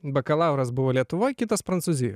bakalauras buvo lietuvoj kitas prancūzijoj